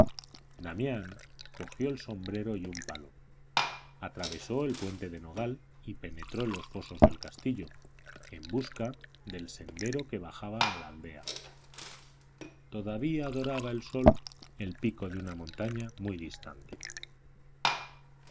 damián cogió el sombrero y un palo atravesó el puente de nogal y penetró en los fosos del castillo en busca del sendero que bajaba a la aldea todavía doraba el sol el pico de una montaña muy distante